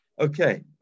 okay